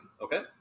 okay